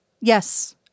Yes